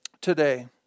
today